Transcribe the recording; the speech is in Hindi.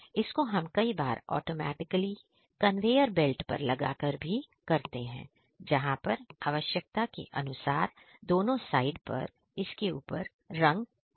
इसको हम कई बार ऑटोमेटिकली कन्वेयर बेल्ट पर लगाकर भी करते हैं जहां पर आवश्यकता के अनुसार दोनों साइड पर इसके ऊपर रंग किया जाता है